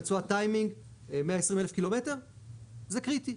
רצועת טיימינג 120,000 קילומטר זה קריטי,